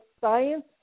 science